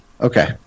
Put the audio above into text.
Okay